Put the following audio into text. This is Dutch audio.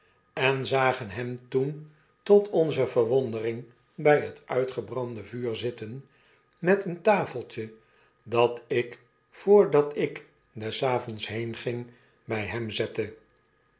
en zagen hem toen tot onze verwondering by het uitgebrande vuur zitten met een tafeltje dat ik voordat ik des avonds heenging bijhemzette op